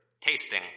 tasting